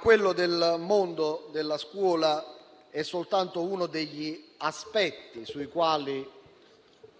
Quello del mondo della scuola, però, è soltanto uno degli aspetti sui quali